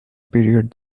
period